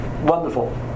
Wonderful